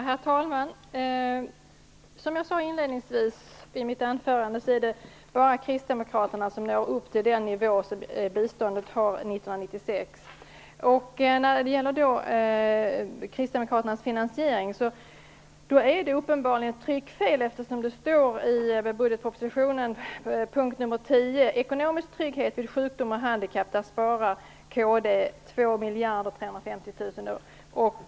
Herr talman! Som jag sade inledningsvis i mitt huvudanförande är det bara kristdemokraterna som når upp till den nivå som biståndet har 1996. När det gäller kristdemokraternas finansiering är det uppenbarligen tryckfel. Under utgiftsområde 10 i budgetpropositionen, Ekonomisk trygghet vid sjukdom och handikapp sparar kd 2 350 000 000.